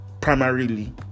primarily